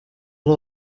ari